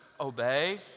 Obey